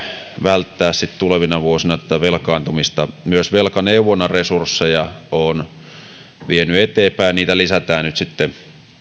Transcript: välttää sitten tulevina vuosina velkaantumista myös velkaneuvonnan resursseja olen vienyt eteenpäin ja niitä lisätään nyt sitten